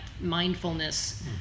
mindfulness